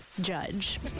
Judge